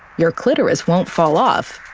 your clitoris won't fall off,